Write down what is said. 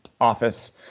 office